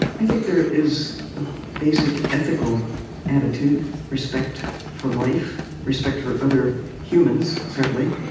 i think there is a basic ethical attitude respect for life, respect for other humans, certainly,